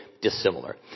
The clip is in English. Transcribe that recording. dissimilar